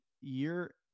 year